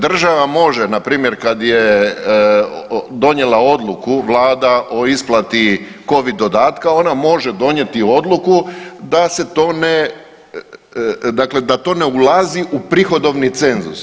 Država može npr. kada je donijela odluku Vlada o isplati Covid dodatka ona može donijeti odluku da se to ne, dakle da to ne ulazi u prihodovni cenzus.